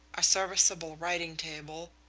a serviceable writing-table,